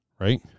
right